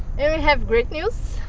and we have great news!